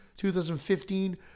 2015